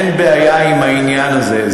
אין בעיה עם העניין הזה.